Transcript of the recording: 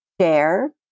share